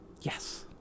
yes